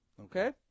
okay